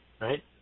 right